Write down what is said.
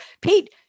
pete